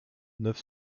neuf